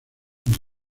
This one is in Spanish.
del